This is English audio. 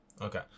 Okay